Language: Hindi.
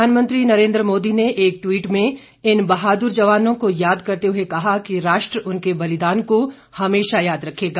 प्रधानमंत्री नरेंद्र मोदी ने एक ट्वीट में इन बहादुर जवानों को याद करते हुए कहा कि राष्ट्र उनके बलिदान को हमेशा याद रखेगा